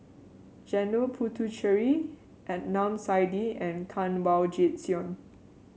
Janil Puthucheary Adnan Saidi and Kanwaljit Soin